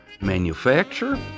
manufacture